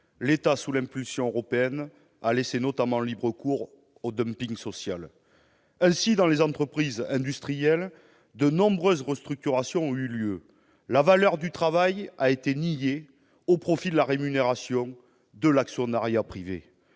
l'État, sous l'impulsion européenne, a laissé notamment libre cours au social. Ainsi, dans les entreprises industrielles, de nombreuses restructurations ont eu lieu ; la valeur du travail a été niée, au profit de la rémunération de l'actionnariat privé.